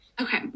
Okay